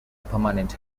permanent